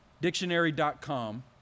Dictionary.com